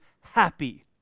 happy